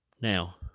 Now